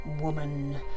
woman